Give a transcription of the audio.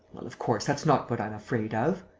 well of course, that's not what i'm afraid of.